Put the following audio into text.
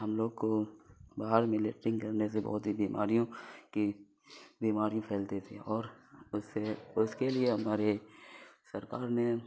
ہم لوگ کو باہر میں لیٹرنگ کرنے سے بہت ہی بیماریوں کی بیماری پھیلتی تھی اور اس سے اس کے لیے ہمارے سرکار نے